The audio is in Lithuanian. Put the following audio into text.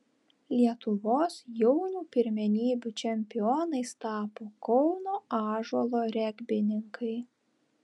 lietuvos jaunių pirmenybių čempionais tapo kauno ąžuolo regbininkai